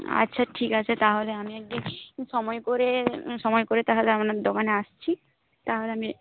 আচ্ছা ঠিক আছে তাহলে আমি একদিন সময় করে সময় করে তাহলে আপনার দোকানে আসছি তাহলে আমি